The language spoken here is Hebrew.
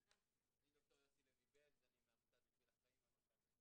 ד"ר יוסי לוי בלז, אני מעמותת "בשביל החיים",